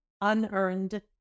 unearned